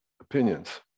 opinions